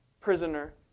Prisoner